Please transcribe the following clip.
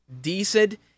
decent